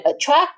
attract